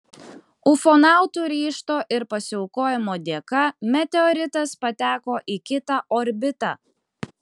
ufonautų ryžto ir pasiaukojimo dėka meteoritas pateko į kitą orbitą